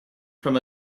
from